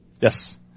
Yes